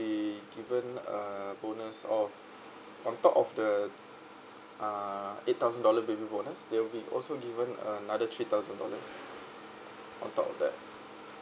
be given a bonus of on top of the uh eight thousand dollar baby bonus they will be also given another three thousand dollars on top of that